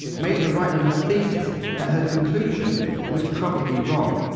made her write in her thesis that her conclusion was probably wrong.